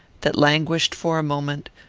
that languished for a moment,